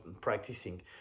practicing